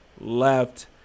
left